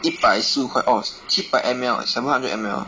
一百十五块 oh 七百 M_L seven hundred M_L